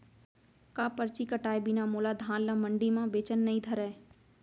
का परची कटाय बिना मोला धान ल मंडी म बेचन नई धरय?